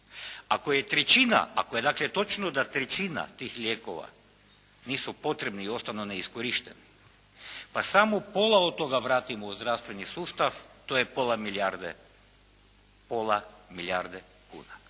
Ako je trećina, dakle ako je točno da trećina tih lijekova nisu potrebni i ostanu neiskorišteni, pa samo pola od toga vratimo u zdravstveni sustav to je pola milijarde, pola